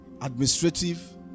Administrative